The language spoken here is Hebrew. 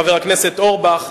חבר הכנסת אורבך,